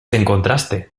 encontraste